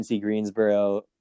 Greensboro